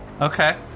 Okay